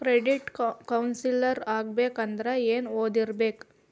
Credit counsellor ಆಗ್ಬೇಕಂದ್ರ ಏನ್ ಓದಿರ್ಬೇಕು?